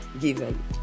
given